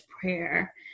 prayer